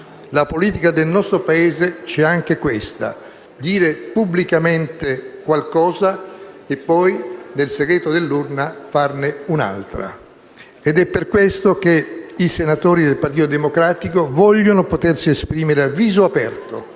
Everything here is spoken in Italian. la politica del nostro Paese c'è anche questa: dire pubblicamente qualcosa e poi nel segreto dell'urna farne un'altra. Ed è per questo che i senatori del Partito Democratico vogliono potersi esprimere a viso aperto,